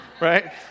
right